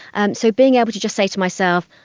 and so being able to just say to myself,